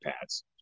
pads